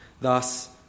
Thus